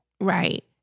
Right